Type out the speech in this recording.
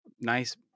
nice